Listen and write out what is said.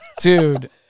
dude